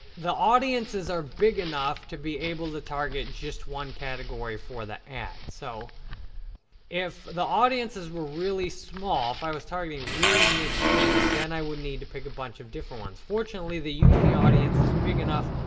the audiences are big enough to be able to target just one category for the ad, so if the audiences were really small if i was targeting really niche things, then i would need to pick a bunch of different ones. fortunately, the yeah udemy audience is big enough.